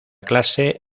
clase